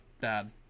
bad